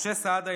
משה סעדה,